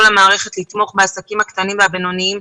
המערכת לתמוך בעסקים הקטנים והבינוניים,